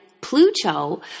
Pluto